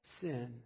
sin